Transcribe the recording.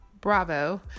Bravo